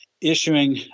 issuing